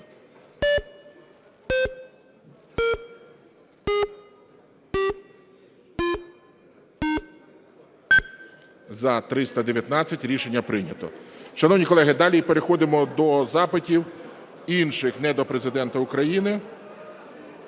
За-319 Рішення прийнято. Шановні колеги, далі переходимо до запитів інших, не до Президента України.